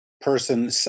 person